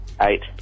Eight